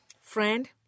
Friend